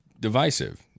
Divisive